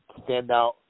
standout